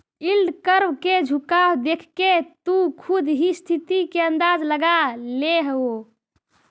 yield curve के झुकाव देखके तु खुद ही स्थिति के अंदाज लगा लेओ